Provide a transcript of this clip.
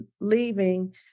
leaving